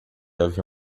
havia